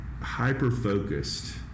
hyper-focused